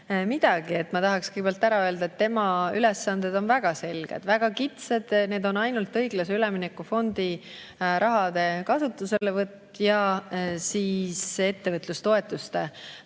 midagi. Ma tahaksin kõigepealt ära öelda, et tema ülesanded on väga selged, väga kitsad, ainult õiglase ülemineku fondi raha kasutuselevõtt ja ettevõtlustoetuste